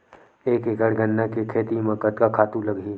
एक एकड़ गन्ना के खेती म कतका खातु लगही?